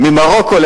ממרוקו,